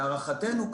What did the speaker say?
להערכתנו,